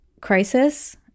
crisis